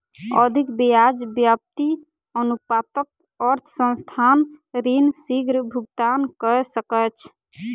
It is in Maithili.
अधिक ब्याज व्याप्ति अनुपातक अर्थ संस्थान ऋण शीग्र भुगतान कय सकैछ